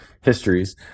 histories